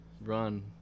run